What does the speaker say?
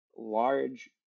large